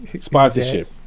sponsorship